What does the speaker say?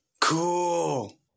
Cool